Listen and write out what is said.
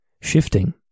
shifting